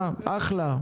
אחלה.